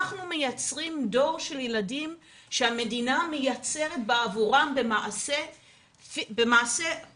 אנחנו מייצרים דור של ילדים שהמדינה מייצרת בעבורם במעשה פעיל,